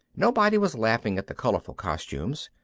nobody was laughing at the colorful costumes.